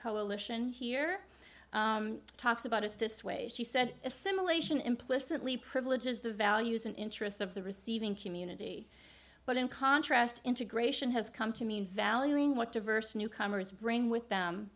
coalition here talks about it this way she said assimilation implicitly privileges the values and interests of the receiving community but in contrast integration has come to mean valuing what diverse newcomers bring with them